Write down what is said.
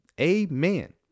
Amen